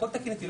הכול תקין איתי,